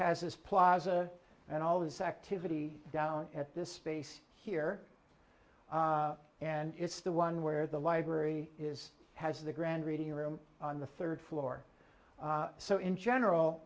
this plaza and all this activity down at this space here and it's the one where the library is has the grand reading room on the third floor so in general